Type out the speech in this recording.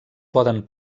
poden